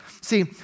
See